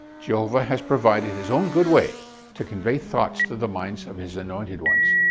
jehovah has provided his own good way to convey thought to the minds of his anointed ones.